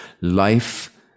life